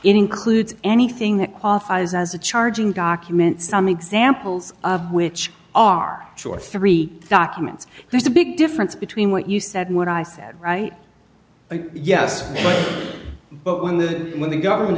includes anything that qualifies as a charging document some examples of which are short three documents there's a big difference between what you said and what i said right yes but when the when the government